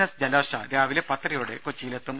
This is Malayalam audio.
എസ് ജലാശ്വ രാവിലെ പത്തരയോടെ കൊച്ചിയിലെത്തും